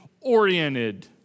oriented